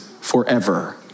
forever